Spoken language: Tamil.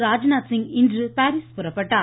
ராஜ்நாத்சிங் இன்று பாரீஸ் புறப்பட்டார்